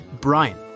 Brian